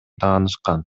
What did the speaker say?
таанышкан